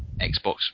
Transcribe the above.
Xbox